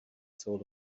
soul